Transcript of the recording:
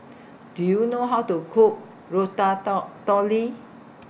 Do YOU know How to Cook Ratatotouille